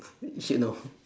you should know